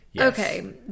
Okay